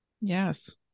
Yes